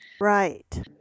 right